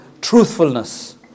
truthfulness